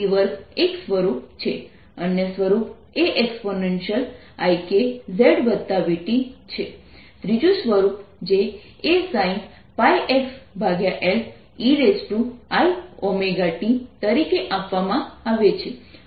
અન્ય સ્વરૂપ A expikzvt છે ત્રીજું સ્વરૂપ જે Asin πxL eiωt તરીકે આપવામાં આવે છે